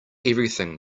everything